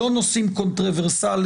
לא נושאים קונטרוברסיאליים,